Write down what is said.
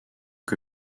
que